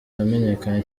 yamenyekanye